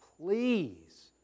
please